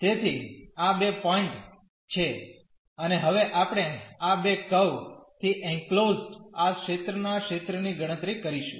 તેથી આ બે પોઈન્ટ છે અને હવે આપણે આ બે કર્વ થી એનક્લોઝડ આ ક્ષેત્રના ક્ષેત્રની ગણતરી કરીશું